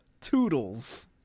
toodles